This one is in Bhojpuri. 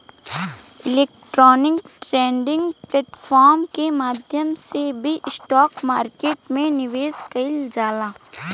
इलेक्ट्रॉनिक ट्रेडिंग प्लेटफॉर्म के माध्यम से भी स्टॉक मार्केट में निवेश कईल जाला